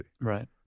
Right